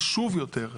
חשוב ביותר,